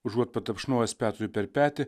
užuot patapšnojęs petrui per petį